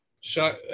shot